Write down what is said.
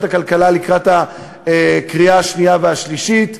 הכלכלה לקראת הקריאה השנייה והשלישית.